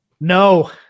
No